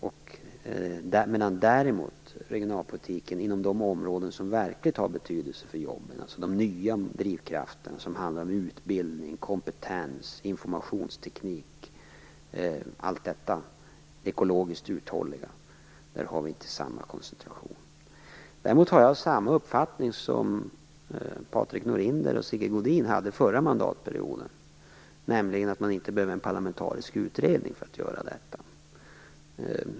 Vi har däremot inte samma koncentration när det gäller de områden som verkligen har betydelse för de nya jobben, dvs. de nya drivkrafterna som gäller utbildning, kompetens, informationsteknik och ekologisk uthållighet. Jag har dock samma uppfattning som Patrik Norinder och Sigge Godin hade under den förra mandatperioden, nämligen att det inte behövs en parlamentarisk utredning.